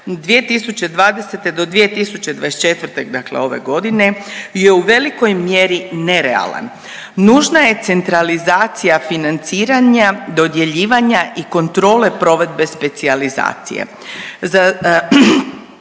2020. do 2024., dakle ove godine je u velikoj mjeri nerealan. Nužna je centralizacija financiranja, dodjeljivanja i kontrole provedbe specijalizacije.